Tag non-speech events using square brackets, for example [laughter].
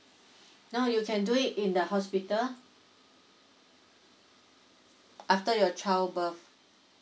[breath] now you can do it in the hospital after your child birth